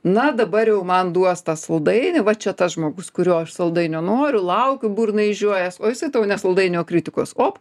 na dabar jau man duos tą saldainį va čia tas žmogus kurio aš saldainio noriu laukiu burną išžiojęs o jisai tau ne saldainį o kritikos op